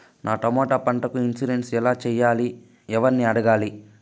నా టమోటా పంటకు ఇన్సూరెన్సు ఎలా చెయ్యాలి? ఎవర్ని అడగాలి?